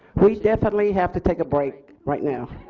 we definitely have to take a break right now.